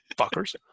Fuckers